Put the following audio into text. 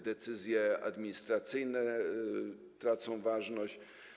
Decyzje administracyjne tracą ważność.